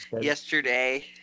yesterday